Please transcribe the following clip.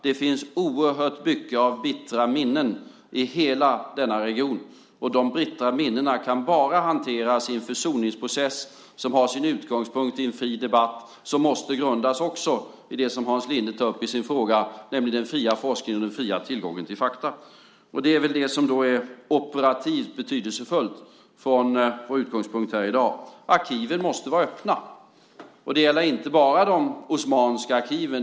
Det finns oerhört mycket av bittra minnen i hela denna region, och dessa bittra minnen kan bara hanteras i en försoningsprocess som har sin utgångspunkt i en fri debatt som också måste grundas i det som Hans Linde tar upp i sin fråga, nämligen den fria forskningen och den fria tillgången till fakta. Det är väl det som är operativt betydelsefullt från vår utgångspunkt här i dag. Arkiven måste vara öppna, och det gäller inte bara de osmanska arkiven.